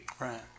right